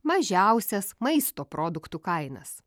mažiausias maisto produktų kainas